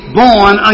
born